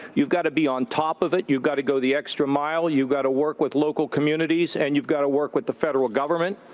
you've got to be on top of it. you've got to go the extra mile. you've got to work with local communities and you've got to work with the federal government.